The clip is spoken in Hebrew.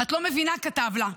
את לא מבינה, כתב לה.